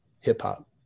hip-hop